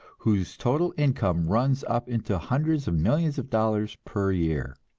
whose total income runs up into hundreds of millions of dollars per year.